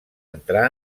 entrar